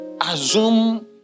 assume